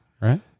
Right